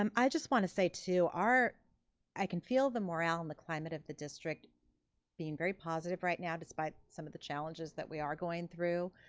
um i just want to say too, i can feel the morale in the climate of the district being very positive right now despite some of the challenges that we are going through.